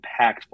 impactful